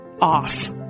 off